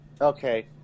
Okay